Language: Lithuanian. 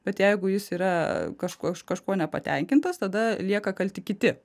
bet jeigu jis yra kažkuo kažkuo nepatenkintas tada lieka kalti kiti